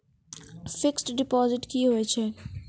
Fixed deposit की होय छै?